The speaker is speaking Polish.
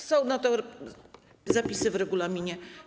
Są na to zapisy w regulaminie.